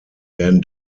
werden